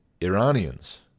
Iranians